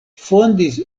fondis